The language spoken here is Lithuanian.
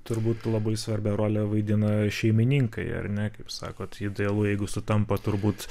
turbūt labai svarbią rolę vaidina šeimininkai ar ne kaip sakot idealu jeigu sutampa turbūt